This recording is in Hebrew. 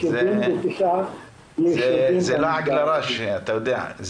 זה לעג לרש, אתה יודע.